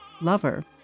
lover